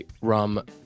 Rum